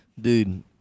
Dude